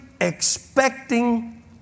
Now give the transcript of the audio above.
expecting